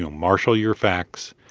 ah marshal your facts